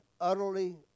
utterly